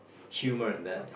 humor in that